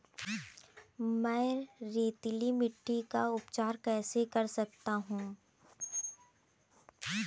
मैं रेतीली मिट्टी का उपचार कैसे कर सकता हूँ?